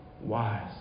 wise